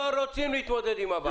לא רוצים להתמודד עם הבעיה.